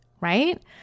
right